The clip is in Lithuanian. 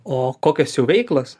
o kokios jau veiklas